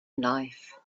life